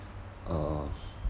uh